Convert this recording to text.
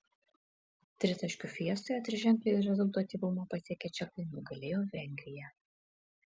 tritaškių fiestoje triženklį rezultatyvumą pasiekę čekai nugalėjo vengriją